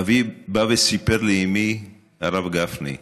ואבי בא וסיפר לאימי, הרב גפני,